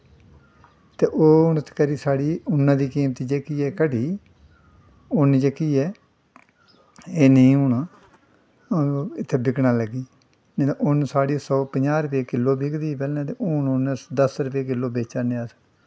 ते हून उत्त करी साढ़ी ऊन्ना दी कीमत जेह्ड़ी घटी ऊन्न जेह्ड़ी ऐ एह् हून इत्थै नेईं बिकना लग्गी ऊन्न पैह्लें साढ़ी सौ पजांह् रपेऽ बिकदी ही ते हून ऊन्न दस रपेऽ किल्लो बेचा न अस